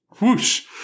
Whoosh